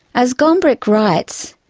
as gombrich writes,